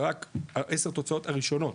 עשר תוצאות הראשונות